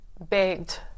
begged